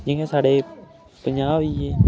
जि'यां साढ़े पंजाह् होइये